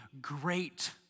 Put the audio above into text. great